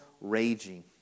raging